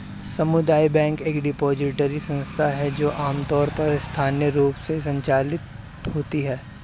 सामुदायिक बैंक एक डिपॉजिटरी संस्था है जो आमतौर पर स्थानीय रूप से संचालित होती है